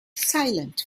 silent